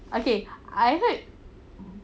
okay I heard